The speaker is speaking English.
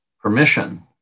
permission